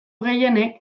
gehienek